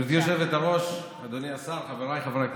גברתי היושבת-ראש, אדוני השר, חבריי חברי הכנסת,